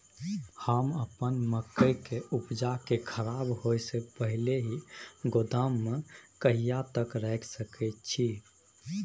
हम अपन मकई के उपजा के खराब होय से पहिले ही गोदाम में कहिया तक रख सके छी?